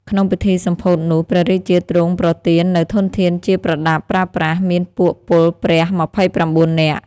ក្នុងពិធីសម្ពោធនោះ ព្រះរាជាទ្រង់ប្រទាននូវធនធានជាប្រដាប់ប្រើប្រាស់ មានពួកពលព្រះ ២៩នាក់